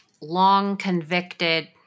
long-convicted